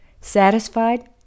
Satisfied